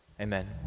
Amen